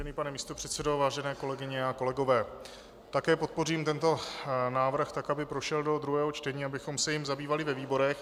Vážený pane místopředsedo, vážené kolegyně a kolegové, také podpořím tento návrh tak, aby prošel do druhého čtení, abychom se jím zabývali ve výborech.